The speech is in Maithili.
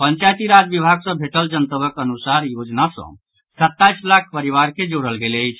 पंचायती राज विभाग सँ भेटल जनतबक अनुसार योजना सँ सत्ताईस लाख परिवार के जोड़ल गेल अछि